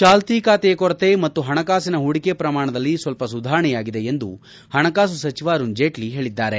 ಚಾಲ್ಲಿ ಖಾತೆಯ ಕೊರತೆ ಮತ್ತು ಹಣಕಾಸಿನ ಹೂಡಿಕೆ ಪ್ರಮಾಣದಲ್ಲಿ ಸ್ವಲ್ಪ ಸುಧಾರಣೆಯಾಗಿದೆ ಎಂದು ಹಣಕಾಸು ಸಚಿವ ಅರುಣ್ ಜೇಟ್ಲಿ ಹೇಳಿದ್ದಾರೆ